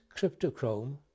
cryptochrome